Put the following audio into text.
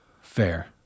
Fair